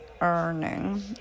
earning